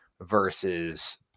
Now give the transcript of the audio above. versus